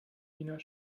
wiener